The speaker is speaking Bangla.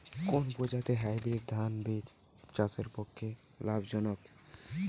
কোন প্রজাতীর হাইব্রিড ধান বীজ চাষের পক্ষে লাভজনক?